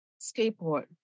skateboard